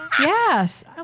yes